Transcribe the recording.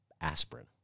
aspirin